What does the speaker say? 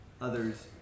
others